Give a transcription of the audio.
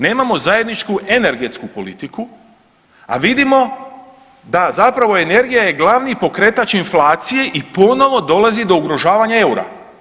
Nemamo zajedničku energetsku politiku, a vidimo da zapravo energija je glavni pokretač inflacije i ponovo dolazi do ugrožavanja eura.